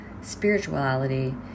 spirituality